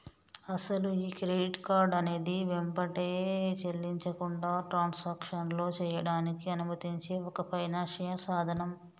అసలు ఈ credit card అనేది వెంబటే చెల్లించకుండా ట్రాన్సాక్షన్లో చేయడానికి అనుమతించే ఒక ఫైనాన్షియల్ సాధనం